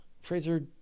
Fraser